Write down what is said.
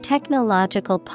Technological